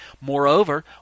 Moreover